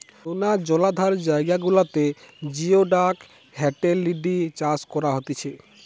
নোনা জলাধার জায়গা গুলাতে জিওডাক হিটেলিডি চাষ করা হতিছে